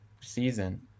season